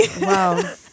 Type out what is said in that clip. Wow